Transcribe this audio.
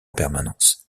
permanence